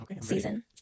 season